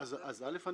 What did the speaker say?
אז אל"ף,